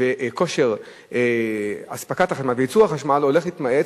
כושר אספקת החשמל וייצור החשמל הולך להתמעט,